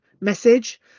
message